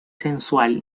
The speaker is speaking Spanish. sensual